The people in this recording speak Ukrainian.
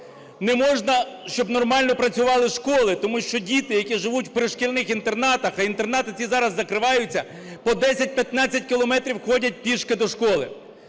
не можна, щоб нормально працювали школи, тому що діти, які живуть в пришкільних інтернатах, а інтернати ці зараз закриваються, по 10-15 кілометрів ходять пішки до школи.